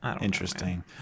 Interesting